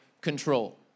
control